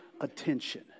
attention